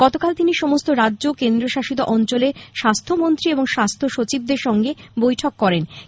গতকাল তিনি সমস্ত রাজ্য ও কেন্দ্রশাসিত অঞ্চলের স্বাস্থ্য মন্ত্রী এবং মুখ্য সচিবদের সঙ্গে বৈঠক করেন